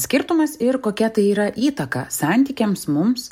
skirtumas ir kokia tai yra įtaka santykiams mums